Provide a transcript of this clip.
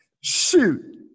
Shoot